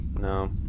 no